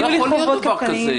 לא יכול להיות דבר כזה.